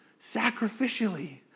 sacrificially